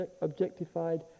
objectified